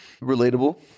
relatable